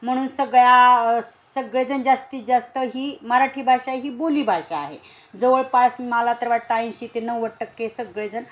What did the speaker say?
म्हणून सगळ्या सगळेजण जास्तीत जास्त ही मराठी भाषा ही बोलीभाषा आहे जवळपास मला तर वाटतं ऐंशी ते नव्वद टक्के सगळेजण